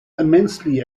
immensely